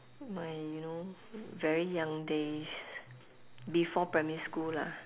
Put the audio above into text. my you know very young days before primary school lah